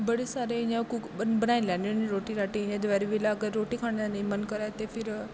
बड़े सारे इ'यां कूक बनाई लैने होने रोटी राटी ते दपैह्री बेल्लै अगर रोटी खाने दा नेई मन करै ते फिर